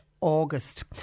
August